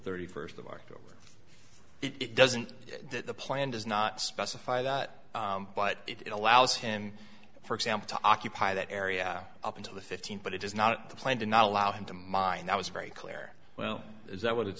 thirty first of october it doesn't that the plan does not specify that but it allows him for example to occupy that area up until the fifteenth but it is not the plan to not allow him to mind that was very clear well is that what it